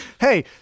hey